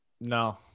No